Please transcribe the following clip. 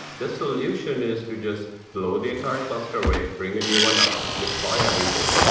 this solution is to just load the entire cluster wave, bring a new one up, deploy everything.